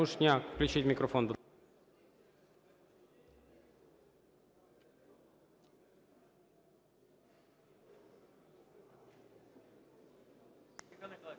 Дякую.